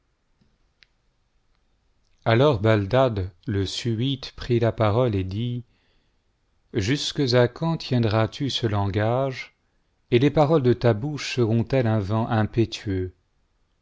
alors baldad le subite prit a parole et dit jusques à quand tiendras-tu ce langage et les paroles de ta boucbe serontelles un vent impétueux